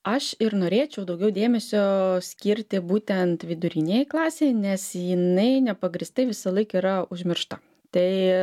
aš ir norėčiau daugiau dėmesio skirti būtent vidurinei klasei nes jinai nepagrįstai visąlaik yra užmiršta tai